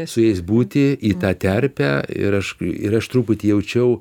su jais būti į tą terpę ir aš ir aš truputį jaučiau